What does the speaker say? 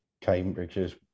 Cambridge's